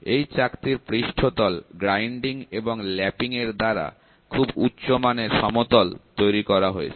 এই চাকতির পৃষ্ঠতল গ্রাইন্ডিং এবং ল্যাপিং দ্বারা খুব উচ্চমানের সমতল তৈরি করা হয়েছে